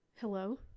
hello